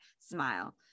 smile